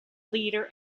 leader